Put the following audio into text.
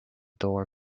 door